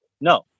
No